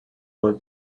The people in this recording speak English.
all